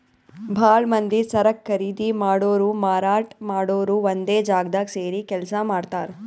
ಭಾಳ್ ಮಂದಿ ಸರಕ್ ಖರೀದಿ ಮಾಡೋರು ಮಾರಾಟ್ ಮಾಡೋರು ಒಂದೇ ಜಾಗ್ದಾಗ್ ಸೇರಿ ಕೆಲ್ಸ ಮಾಡ್ತಾರ್